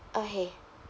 okay